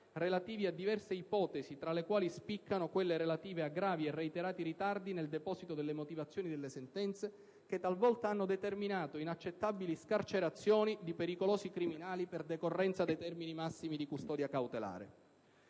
relativi a diverse ipotesi, tra le quali spiccano quelle relative a gravi e reiterati ritardi nel deposito delle motivazioni delle sentenze, che talvolta hanno determinato inaccettabili scarcerazioni di pericolosi criminali per decorrenza dei termini massimi di custodia cautelare.